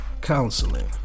counseling